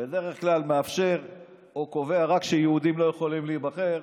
בדרך כלל מאפשר או קובע רק שיהודים לא יכולים להיבחר.